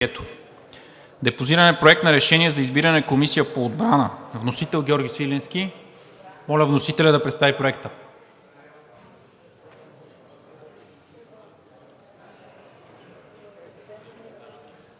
Депозиран е Проект на решение за избиране на Комисия по отбрана. Вносител е Георги Свиленски. Моля вносителят да представи Проекта. ИВАН